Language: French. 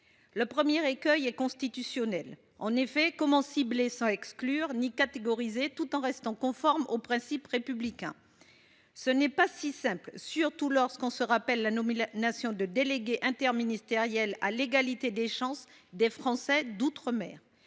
Le premier écueil est constitutionnel. En effet, comment cibler sans exclure ni catégoriser, tout en restant conforme aux principes républicains ? Ce n’est pas si simple, surtout lorsque l’on se rappelle la nomination de délégués interministériels à l’égalité des chances des Français d’outre mer.